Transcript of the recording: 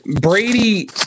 Brady